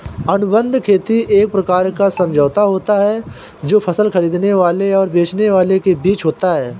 अनुबंध खेती एक प्रकार का समझौता होता है जो फसल खरीदने वाले और बेचने वाले के बीच होता है